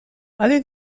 other